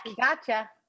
Gotcha